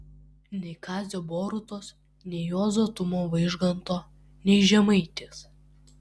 nei kazio borutos nei juozo tumo vaižganto nei žemaitės